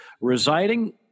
residing